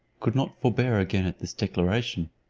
could not forbear again at this declaration.